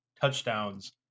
touchdowns